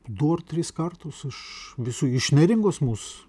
du ar tris kartus iš visų iš neringos mus